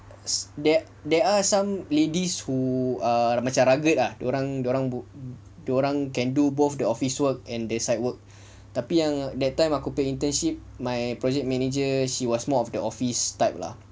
there there are some ladies who are macam rude ah dia orang dia orang can do both the office work and the site work tapi yang that time aku punya internship my project manager she was more of the office type lah